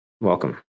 Welcome